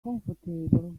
comfortable